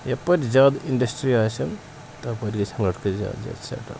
یَپٲرۍ زیادٕ اِنٛڈَسٹِرٛی آسَن تَپٲرۍ گژھَن لٔڑکہٕ زیادٕ زیادٕ سٮ۪ٹٕل